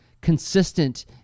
consistent